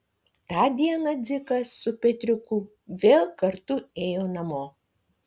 tą dieną dzikas su petriuku vėl kartu ėjo namo